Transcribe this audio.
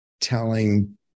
telling